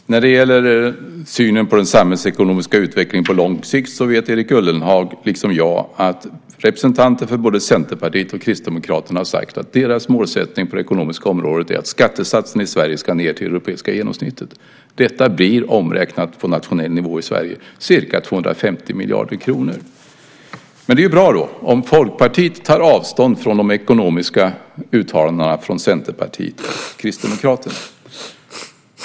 Herr talman! När det gäller synen på den samhällsekonomiska utvecklingen på lång sikt vet Erik Ullenhag liksom jag att representanter för både Centerpartiet och Kristdemokraterna har sagt att deras målsättning på det ekonomiska området är att skattesatsen i Sverige ska ned till det europeiska genomsnittet. Detta blir omräknat till nationell nivå i Sverige ca 250 miljarder kronor. Men det är ju bra om Folkpartiet tar avstånd från de ekonomiska uttalandena från Centerpartiet och Kristdemokraterna.